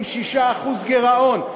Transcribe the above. עם 6% גירעון,